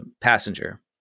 passenger